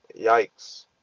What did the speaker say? Yikes